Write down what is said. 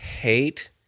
hate